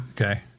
okay